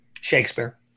Shakespeare